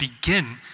begin